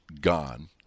gone